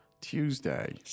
Tuesday